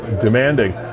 demanding